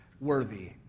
worthy